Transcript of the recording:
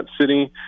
city